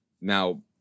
Now